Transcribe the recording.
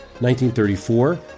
1934